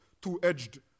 two-edged